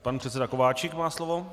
Pan předseda Kováčik má slovo.